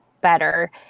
better